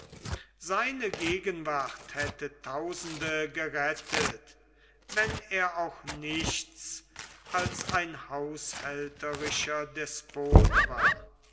seine gegenwart hätte tausende gerettet wenn er auch nichts als ein haushälterischer despot war